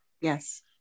Yes